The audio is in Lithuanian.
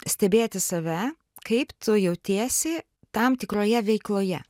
stebėti save kaip tu jautiesi tam tikroje veikloje